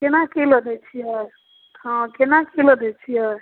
कोना किलो दै छिए हँ कोना किलो दै छिए